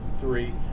three